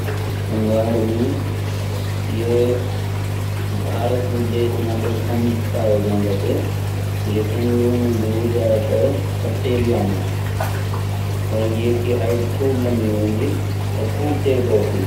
कंगारू ये भारत देश में तो कम पाया जांदा चे लेकिन यू मिल्दु ज़्यादातर ऑस्ट्रेलिया मा और ये की हाइट खूब लंबी होंदी और खूब तेज़ दौड़ती